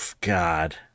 god